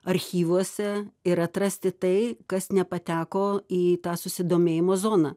archyvuose ir atrasti tai kas nepateko į tą susidomėjimo zoną